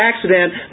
accident